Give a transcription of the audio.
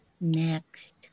Next